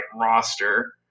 roster